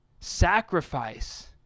sacrifice